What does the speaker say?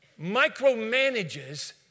micromanages